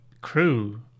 crew